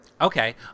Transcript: Okay